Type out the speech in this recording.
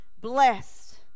Blessed